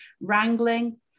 wrangling